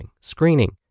screening